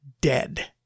dead